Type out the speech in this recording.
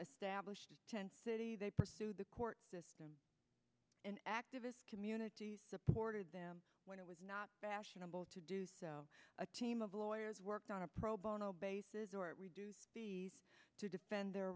a stablished tent city they pursued the court system an activist community supported them when it was not fashionable to do so a team of lawyers worked on a pro bono basis or reduce b s to defend their